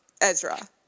Ezra